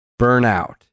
burnout